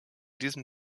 diesem